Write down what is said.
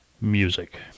music